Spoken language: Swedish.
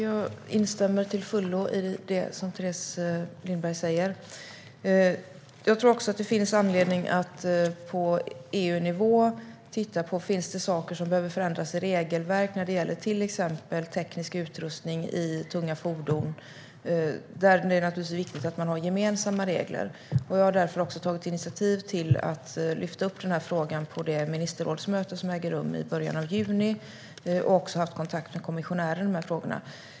Herr talman! Jag instämmer till fullo i det som Teres Lindberg säger. Det finns också anledning att på EU-nivå titta på om det finns saker som behöver förändras i regelverk när det gäller till exempel teknisk utrustning i tunga fordon. Det är naturligtvis viktigt att man har gemensamma regler. Jag har därför tagit initiativ till att lyfta den frågan på det ministerrådsmöte som äger rum i början av juni, och jag har också haft kontakt med kommissionären i de frågorna.